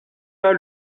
pas